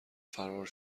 فرار